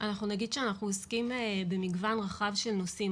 אנחנו נגיד שאנחנו עוסקים במגוון רחב של נושאים,